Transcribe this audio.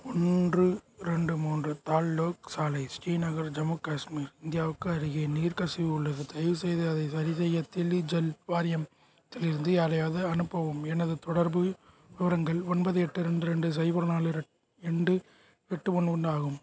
ஒன்று ரெண்டு மூன்று தால் லோக் சாலை ஸ்ரீநகர் ஜம்மு காஷ்மீர் இந்தியாவுக்கு அருகில் நீர் கசிவு உள்ளது தயவுசெய்து அதை சரிசெய்ய தில்லி ஜல் வாரியம் திலிருந்து யாரையாவது அனுப்பவும் எனது தொடர்பு விவரங்கள் ஒன்பது எட்டு ரெண்டு ரெண்டு சைபர் நாலு ரெண்டு எட்டு ஒன்று ஒன்று ஆகும்